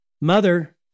mother